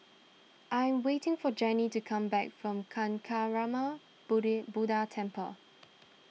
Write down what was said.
I am waiting for Jenny to come back from Kancanarama budy Buddha Temple